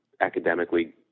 academically